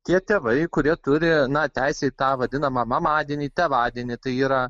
tie tėvai kurie turi teisę į tą vadinamą mamadienį tėvadienį tai yra